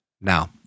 Now